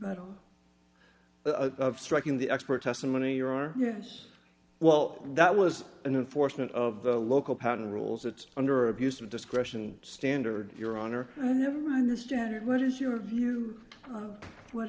striking the expert testimony or are yes well that was an unfortunate of the local pattern rules it's under abuse of discretion standard your honor never mind the standard what is your view on what